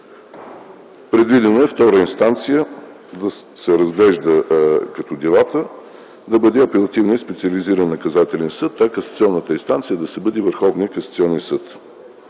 Предвидено е като втора инстанция за разглеждане на делата да бъде Апелативния специализиран наказателен съд, а касационната инстанция да си бъде Върховният касационен съд.